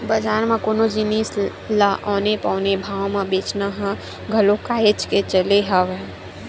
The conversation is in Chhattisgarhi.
बजार म कोनो जिनिस ल औने पौने भाव म बेंचना ह घलो काहेच के चले हवय